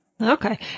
Okay